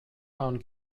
found